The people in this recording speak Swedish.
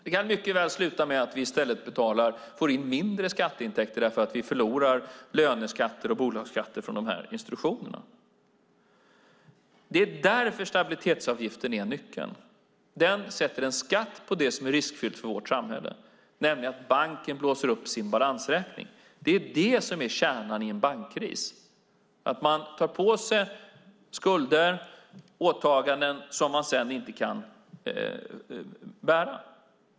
Det kan mycket väl sluta med att vi i stället får in mindre skatteintäkter för att vi förlorar löneskatter och bolagsskatter från dessa institutioner. Det är därför stabilitetsavgiften är nyckeln. Den sätter en skatt på det som är riskfyllt för vårt samhälle, nämligen att banken blåser upp sin balansräkning. Det är det som är kärnan i en bankkris, att man tar på sig skulder och åtaganden som man sedan inte kan bära.